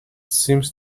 seemed